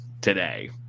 today